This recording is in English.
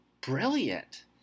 brilliant